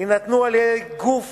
יינתנו על-ידי גוף